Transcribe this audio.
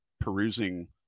perusing